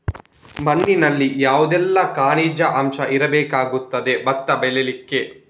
ಮಣ್ಣಿನಲ್ಲಿ ಯಾವುದೆಲ್ಲ ಖನಿಜ ಅಂಶ ಇರಬೇಕಾಗುತ್ತದೆ ಭತ್ತದ ಬೆಳೆಗೆ?